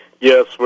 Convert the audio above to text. Yes